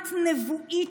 כמעט נבואית,